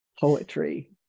poetry